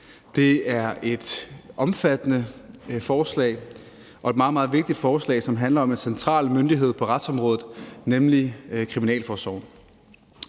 Det er et omfattende forslag og et meget, meget vigtigt forslag, som handler om en central myndighed på retsområdet, nemlig kriminalforsorgen.